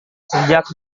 sejak